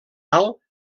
alt